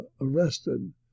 arrested